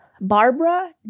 Barbara